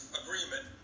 agreement